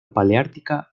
paleártica